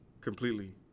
completely